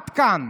עד כאן.